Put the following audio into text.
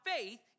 faith